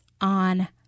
on